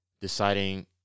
deciding